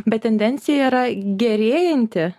bet tendencija yra gerėjanti